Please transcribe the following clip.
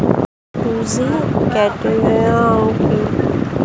Two G cutting কি?